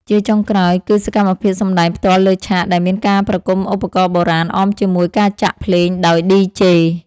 ជាចុងក្រោយ គឺសកម្មភាពសម្ដែងផ្ទាល់លើឆាក ដែលមានការប្រគំឧបករណ៍បុរាណអមជាមួយការចាក់ភ្លេងដោយ DJ។